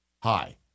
hi